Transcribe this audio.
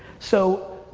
so,